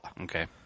Okay